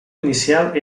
inicial